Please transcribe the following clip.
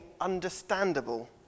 understandable